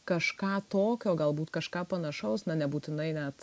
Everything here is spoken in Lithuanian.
kažką tokio galbūt kažką panašaus na nebūtinai net